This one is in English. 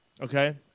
okay